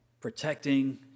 protecting